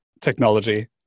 technology